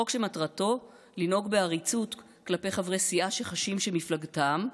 חוק שמטרתו לנהוג בעריצות כלפי חברי סיעה שחשים שמפלגתם,